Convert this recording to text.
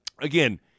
again